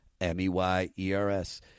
M-E-Y-E-R-S